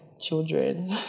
children